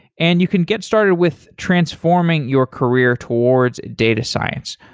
and you can get started with transforming your career towards data science.